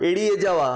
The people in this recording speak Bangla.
এড়িয়ে যাওয়া